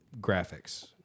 graphics